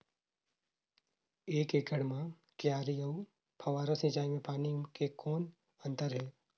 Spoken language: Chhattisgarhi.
एक एकड़ म क्यारी अउ फव्वारा सिंचाई मे पानी के कौन अंतर हे?